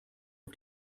auf